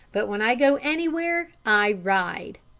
but when i go anywhere i ride.